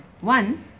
One